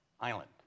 Island